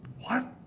what